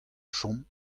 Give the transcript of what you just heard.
chom